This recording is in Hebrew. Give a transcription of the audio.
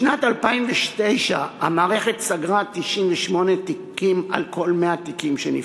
בשנת 2009 המערכת סגרה 98 תיקים על כל 100 תיקים שנפתחו.